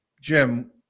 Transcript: Jim